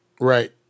Right